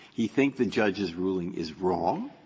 you think the judge's ruling is wrong?